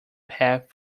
path